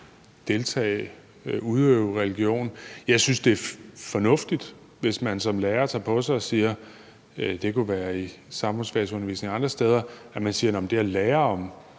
altså udøve religion. Jeg synes, det er fornuftigt, hvis man som lærer tager det på sig og siger – det kunne være i samfundfagsundervisningen eller andre steder – at det er vigtigt at lære om,